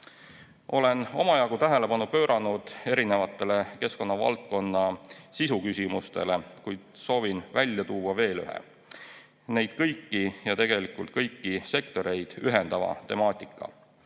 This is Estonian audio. Olen omajagu tähelepanu pööranud erinevatele keskkonna valdkonna sisu küsimustele, kuid soovin välja tuua veel ühe neid kõiki ja tegelikult kõiki sektoreid ühendava temaatika.